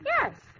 Yes